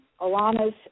Alana's